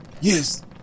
Yes